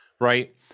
Right